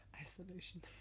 isolation